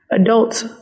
adults